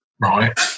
right